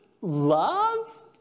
love